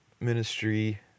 ministry